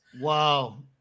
Wow